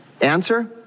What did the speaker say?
Answer